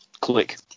click